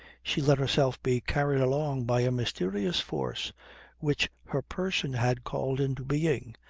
she let herself be carried along by a mysterious force which her person had called into being,